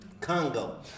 Congo